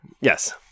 Yes